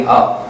up